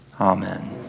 Amen